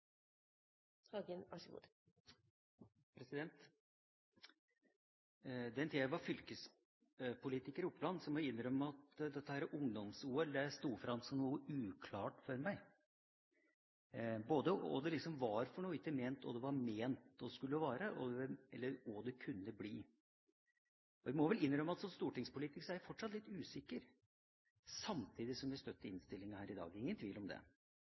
den tida jeg var fylkespolitiker i Oppland, må jeg innrømme at dette ungdoms-OL sto fram som noe uklart for meg, både hva det var, hva det var ment å skulle være, og hva det kunne bli. Jeg må vel innrømme at som stortingspolitiker er jeg fortsatt litt usikker, samtidig som jeg støtter innstillinga her i dag – ingen tvil om det.